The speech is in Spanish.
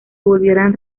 volvieran